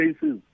cases